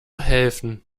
helfen